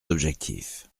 objectifs